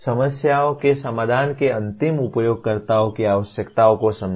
समस्याओं के समाधान के अंतिम उपयोगकर्ताओं की आवश्यकताओं को समझें